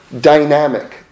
dynamic